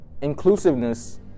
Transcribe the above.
Inclusiveness